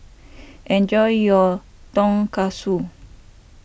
enjoy your Tonkatsu